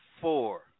four